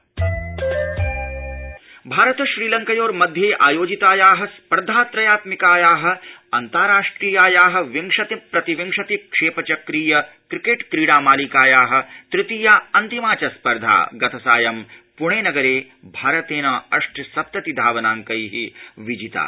cricket Bharat श्रीलङ्योर्मध्यआआयोजितायाः स्पर्धात्रयात्मिकायाः अन्ताराष्ट्रियायाः विंशति प्रति विंशति क्षप्टिवक्रीय क्रिक्ट्रिक्रीडा मालिकायाः तृतीया अन्तिमा च स्पर्धा गतसायं पृणजिगयाँ भारत अष्टसप्ति धावनाड़कैः विजिता